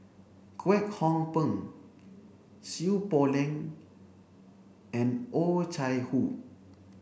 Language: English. Kwek Hong Png Seow Poh Leng and Oh Chai Hoo